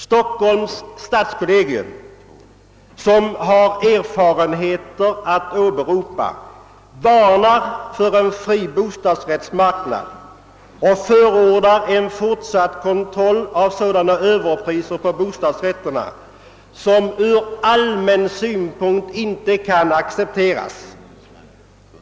Stockholms stadskollegium, som har erfarenheter att åberopa, varnar för en fri bostadsrättsmarknad och förordar fortsatt kontroll av sådana överlåtelsepriser för bostadsrätterna som ur allmän synpunkt inte kan accepteras.